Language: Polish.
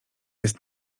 jest